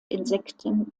insekten